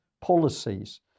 policies